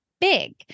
big